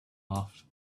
laughed